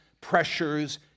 pressures